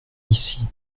ici